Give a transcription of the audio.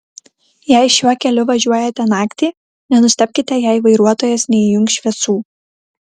jei šiuo keliu važiuojate naktį nenustebkite jei vairuotojas neįjungs šviesų